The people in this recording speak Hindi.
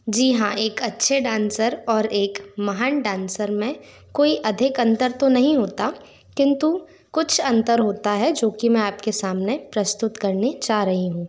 जी हाँ एक अच्छे डांसर और एक महान डांसर में कोई अधिक अंतर तो नहीं होता किंतु कुछ अंतर होता है जो कि मैं आपके सामने प्रस्तुत करने जा रही हूँ